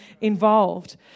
involved